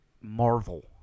Marvel